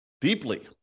deeply